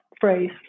phrase